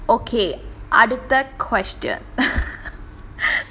okay அடுத்த:adutha question